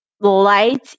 Light